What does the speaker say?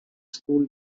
school